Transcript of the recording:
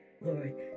Lord